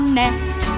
nest